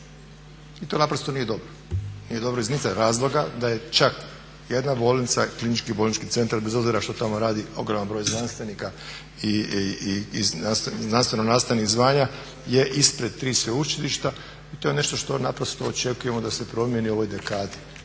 i to naprosto nije dobro. Nije dobro iz … razloga da je čak jedna bolnica, KBC, bez obzira što tamo radi ogroman broj znanstvenika i znanstveno-nastavnih zvanja je ispred tri sveučilišta i to je nešto što naprosto očekujemo da se promijeni u ovoj dekadi,